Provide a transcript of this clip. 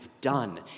done